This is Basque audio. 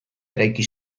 eraiki